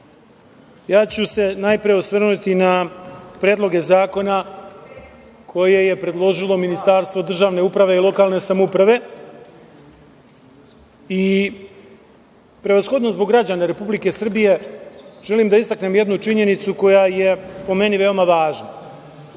ću se najpre osvrnuti na predloge zakona koje je predložilo Ministarstvo državne uprave i lokalne samouprave i prevashodno zbog građana Republike Srbije želim da istaknem jednu činjenicu koja je, po meni, veoma važna,